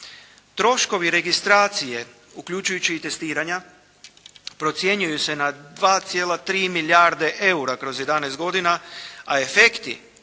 Troškovi registracije uključujući i testiranja procjenjuju se na 2,3 milijarde eura kroz jedanaest godina a efekti